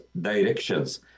directions